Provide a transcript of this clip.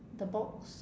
the box